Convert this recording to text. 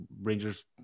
Rangers